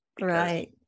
Right